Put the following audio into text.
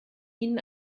ihnen